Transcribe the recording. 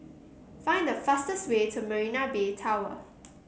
find the fastest way to Marina Bay Tower